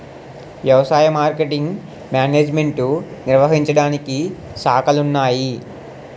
వ్యవసాయ marketing management నిర్వహించడానికి శాఖలున్నాయి